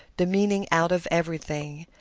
the meaning out of everything.